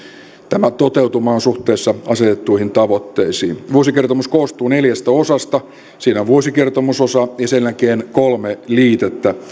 tämä toteutuma on suhteessa asetettuihin tavoitteisiin vuosikertomus koostuu neljästä osasta siinä on vuosikertomusosa ja sen jälkeen kolme liitettä